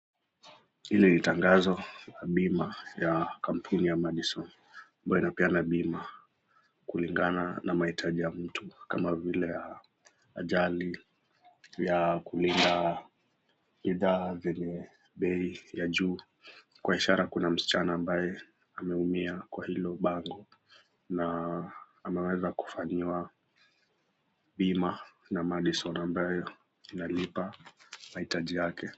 Hili ni tangazo la bima ya kampuni ya Madison ambayo inapeana bima kulingana na mahitaji ya mtu kama vile ajali ya kulinda bidhaa zenye bei ya juu. Kwa ishara kuna msichana ambaye ameumia kwa hilo bango na ameweza kufanyiwa bima na Madison ambayo inalipa mahitaji yake.